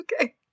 okay